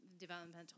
developmental